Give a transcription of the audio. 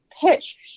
pitch